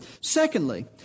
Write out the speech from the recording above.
Secondly